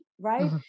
right